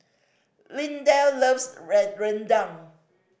Lindell loves red rendang